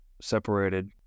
separated